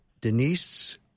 Denise